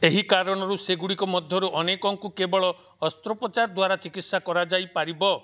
ଏହି କାରଣରୁ ସେଗୁଡ଼ିକ ମଧ୍ୟରୁ ଅନେକଙ୍କୁ କେବଳ ଅସ୍ତ୍ରୋପଚାର ଦ୍ୱାରା ଚିକିତ୍ସା କରାଯାଇପାରିବ